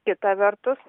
kita vertus